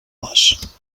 les